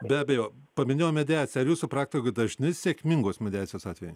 be abejo paminėjom mediaciją ar jūsų praktikoje dažni sėkmingos mediacijos atvejai